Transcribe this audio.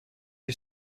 you